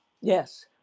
yes